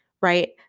Right